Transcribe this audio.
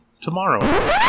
tomorrow